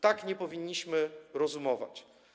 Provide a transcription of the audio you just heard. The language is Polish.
Tak nie powinniśmy rozumować.